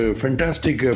fantastic